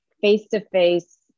face-to-face